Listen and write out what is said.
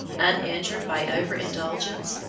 uninjured by over-indulgence,